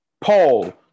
Paul